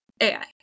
AI